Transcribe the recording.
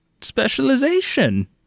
specialization